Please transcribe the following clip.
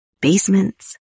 basements